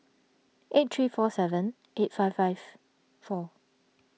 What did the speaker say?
eight three four seven eight five five four